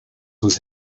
was